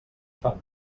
fam